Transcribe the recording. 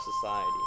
society